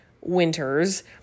winters